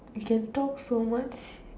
you can talk so much